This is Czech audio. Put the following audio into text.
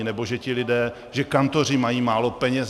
Nebo že ti lidé, že kantoři mají málo peněz?